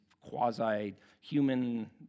quasi-human